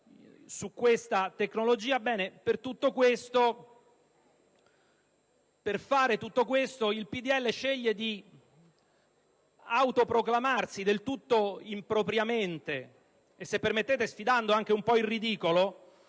questa tecnologia) - il PdL sceglie di autoproclamarsi del tutto impropriamente, e se permettete sfidando anche un po' il ridicolo,